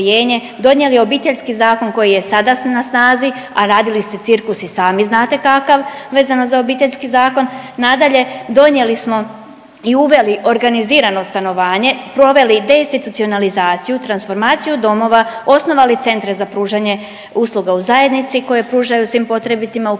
donijeli Obiteljski zakon koji je sada na snazi, a radili ste cirkus i sami znate kakav vezano za Obiteljski zakon. Nadalje, donijeli smo i uveli organizirano stanovanje, proveli deinstitucionalizaciju, transformaciju domova, osnovali centre za pružanje usluga u zajednici koje pružaju svim potrebitima u pružanju